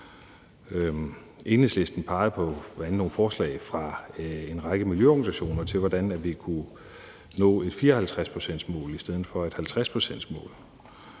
Enhedslisten peger bl.a. på nogle forslag fra en række miljøorganisationer til, hvordan vi kunne nå et 54-procentsmål i stedet for et 50-procentsmål.